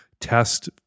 test